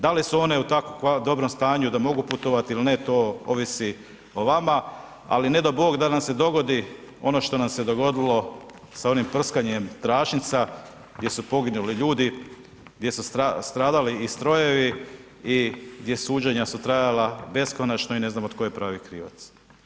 Da li su one u tako dobrom stanju da mogu putovati ili ne, to ovisi o vama, ali ne dao Bog da nam se dogodi ono što nam se dogodilo sa onim prskanjem tračnica gdje su poginuli ljudi, gdje su stradali i strojevi i gdje suđenja su trajala beskonačno i ne znamo tko je pravi krivac.